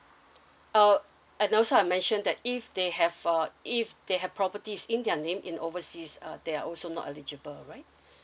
uh and also I mentioned that if they have a if they have properties in their name in overseas uh they're also not eligible alright